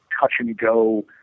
touch-and-go